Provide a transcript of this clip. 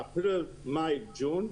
באפריל-מאי-יוני,